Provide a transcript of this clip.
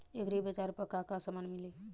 एग्रीबाजार पर का का समान मिली?